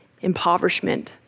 impoverishment